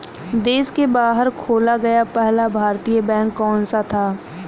देश के बाहर खोला गया पहला भारतीय बैंक कौन सा था?